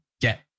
get